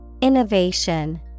Innovation